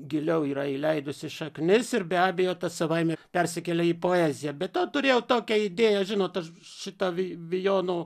giliau yra įleidusi šaknis ir be abejo tas savaime persikelia į poeziją be to turėjau tokią idėją žinot aš šitą vi vijono